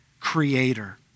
creator